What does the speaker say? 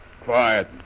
Quiet